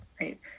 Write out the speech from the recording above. right